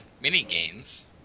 mini-games